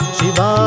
Shiva